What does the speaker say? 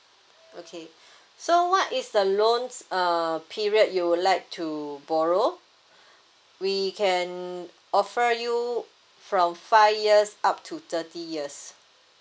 okay so what is the loans uh period you would like to borrow we can offer you from five years up to thirty years